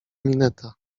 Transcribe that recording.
mineta